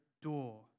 door